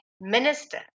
Minister